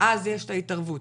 אז יש את ההתערבות.